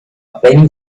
penny